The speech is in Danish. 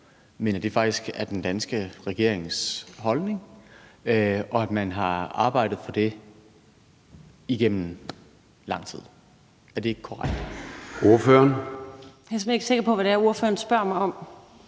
men at det faktisk er den danske regerings holdning, og at man har arbejdet for det igennem lang tid. Er det ikke korrekt?